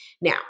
Now